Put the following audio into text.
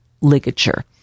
ligature